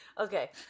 Okay